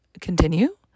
Continue